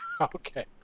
Okay